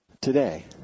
Today